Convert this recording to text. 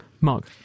Mark